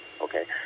okay